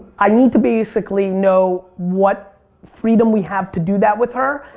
i need to basically know what freedom we have to do that with her.